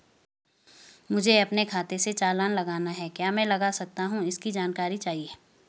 मुझे अपने खाते से चालान लगाना है क्या मैं लगा सकता हूँ इसकी जानकारी चाहिए?